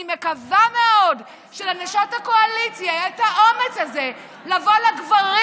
אני מקווה מאוד שלנשות הקואליציה יהיה את האומץ הזה לבוא לגברים